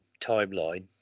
timeline